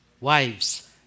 Wives